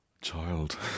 child